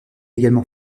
également